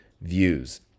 views